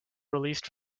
released